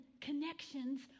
connections